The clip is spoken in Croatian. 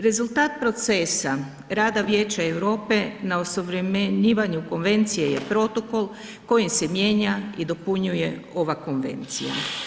Rezultat procesa rada Vijeća Europe na osuvremenjivanju konvencije je protokol kojim se mijenja i dopunjuje ova konvencija.